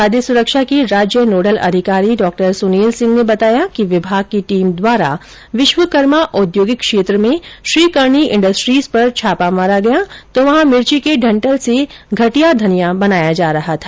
खाद्य सुरक्षा के राज्य नोडल अधिकारी डॉ सुनील सिंह ने बताया कि विभाग की टीम द्वारा विश्वकर्मा औद्योगिक क्षेत्र में श्री करनी इंडस्ट्रीज पर छापा मारा गया तो वहां मिर्ची के डंठल से घटिया धनिया बनाया जा रहा था